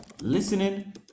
Listening